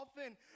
often